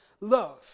love